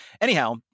anyhow